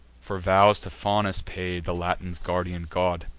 for vows to faunus paid, the latins' guardian god.